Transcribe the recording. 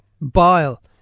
bile